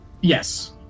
yes